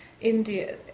India